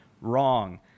Wrong